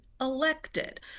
elected